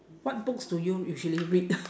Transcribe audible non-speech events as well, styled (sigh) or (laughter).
what books do you usually read (laughs)